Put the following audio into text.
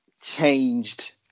changed